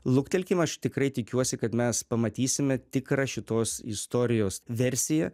luktelkim aš tikrai tikiuosi kad mes pamatysime tikrą šitos istorijos versiją